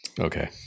Okay